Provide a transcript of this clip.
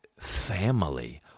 Family